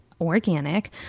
organic